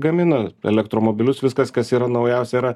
gamina elektromobilius viskas kas yra naujausia yra